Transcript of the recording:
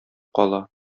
кала